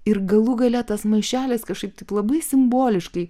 ir galų gale tas maišelis kažkaip taip labai simboliškai